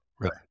right